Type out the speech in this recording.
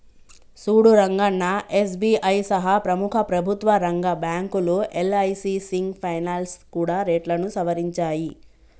సూడు రంగన్నా ఎస్.బి.ఐ సహా ప్రముఖ ప్రభుత్వ రంగ బ్యాంకులు యల్.ఐ.సి సింగ్ ఫైనాల్స్ కూడా రేట్లను సవరించాయి